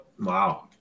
Wow